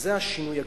וזה השינוי הגדול,